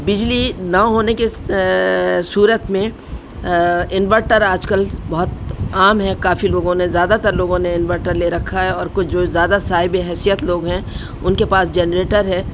بجلی نہ ہونے کے صورت میں انورٹر آج کل بہت عام ہے کافی لوگوں نے زیادہ تر لوگوں نے انورٹر لے رکھا ہے اور کچھ جو زیادہ صاحب حیثیت لوگ ہیں ان کے پاس جنریٹر ہے